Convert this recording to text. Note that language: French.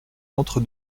entre